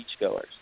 beachgoers